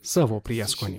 savo prieskonį